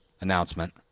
announcement